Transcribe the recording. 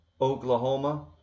Oklahoma